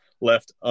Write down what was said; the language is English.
left